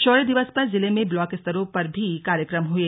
शौर्य दिवस पर जिले में ब्लाक स्तरों पर भी कार्यक्रम हुए